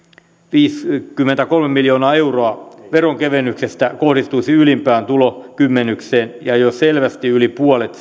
viisikymmentäkolme miljoonaa euroa veronkevennyksestä kohdistuisi ylimpään tulokymmenykseen ja jo selvästi yli puolet